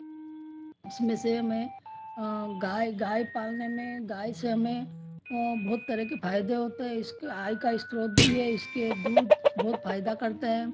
इसमें से मैं गाय गाय पालने में गाय से हमें बहुत तरह के फ़ायदे होते हैं इसके आय का स्रोत भी है इसके दूध बहुत फ़ायदा करता है